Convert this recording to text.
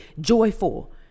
joyful